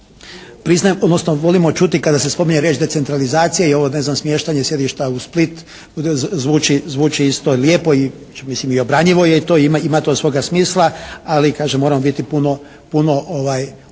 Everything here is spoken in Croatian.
priznajem odnosno volimo čuti kada se spominje riječ decentralizacija i ovo ne znam smještanje sjedišta u Split zvuči lijepo i mislim i obranjivo je to, ima to svoga smisla. Ali kažem moramo biti puno obzirniji